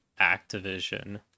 Activision